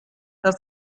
das